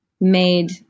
made